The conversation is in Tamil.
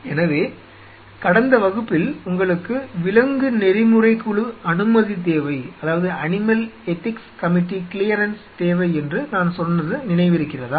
எனவே கடந்த வகுப்பில் உங்களுக்கு விலங்கு நெறிமுறைக் குழு அனுமதி தேவை என்று நான் சொன்னது நினைவிருக்கிறதா